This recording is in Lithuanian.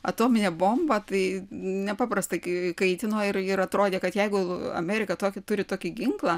atominė bomba tai nepaprastai kai kaitino ir ir atrodė kad jeigu amerika tokį turi tokį ginklą